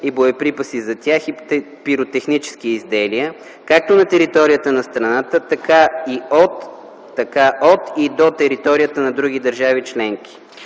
и боеприпаси за тях и пиротехнически изделия както на територията на страната, така и от и до територията на други държави членки.